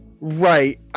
Right